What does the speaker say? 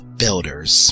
builders